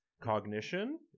cognition